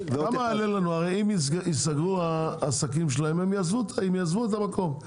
הרי אם ייסגרו העסקים שלהם הם יעזבו את המקום,